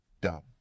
dumb